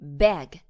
bag